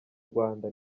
rwanda